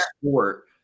sport